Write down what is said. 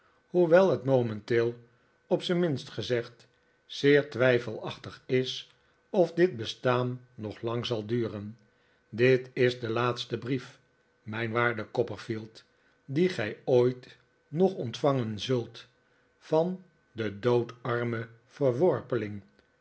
hoewel het momenteel op zijn minst gezegd zeer twijfelachtig is of dit bestaan nog lang zal duren dit is de laatste brief mijn waarde copperfield dien gij ooit nog ontvangen zult van den doodarmen verworpeling